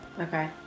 Okay